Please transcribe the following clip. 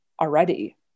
already